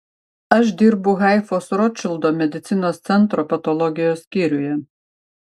aš dirbu haifos rotšildo medicinos centro patologijos skyriuje